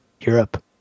europe